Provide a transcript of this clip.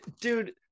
Dude